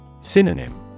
Synonym